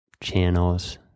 channels